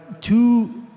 two